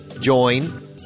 join